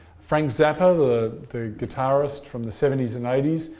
frank zappa, the the guitarist from the seventy s